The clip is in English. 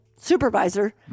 supervisor